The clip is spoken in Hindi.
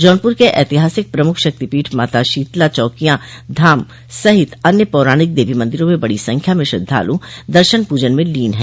जौनपुर के ऐतिहासिक प्रमुख शक्तिपीठ माता शीतला चौकियां धाम सहित अन्य पौराणिक देवी मंदिरों में बड़ी संख्या में श्रद्वालु दर्शन पूजन में लीन है